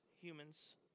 humans